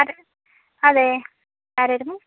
അതെ ആരായിരുന്നു